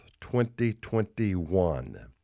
2021